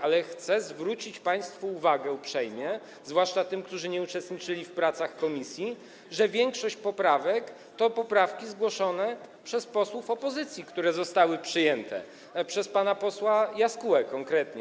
Ale chcę zwrócić państwu uwagę uprzejmie, zwłaszcza tym, którzy nie uczestniczyli w pracach komisji, że większość poprawek to zgłoszone przez posłów opozycji poprawki, które zostały przyjęte, przez pana posła Jaskółę konkretnie.